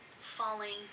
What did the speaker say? falling